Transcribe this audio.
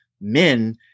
men